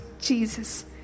Jesus